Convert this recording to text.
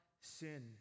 sin